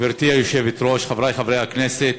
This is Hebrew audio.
גברתי היושבת-ראש, חברי חברי הכנסת,